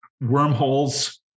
Wormholes